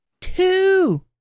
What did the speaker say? Two